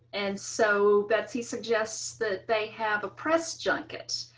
and so, betsy suggests that they have a press junket.